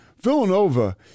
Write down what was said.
Villanova